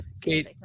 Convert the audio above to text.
Kate